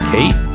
Kate